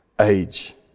age